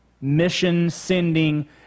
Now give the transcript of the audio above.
mission-sending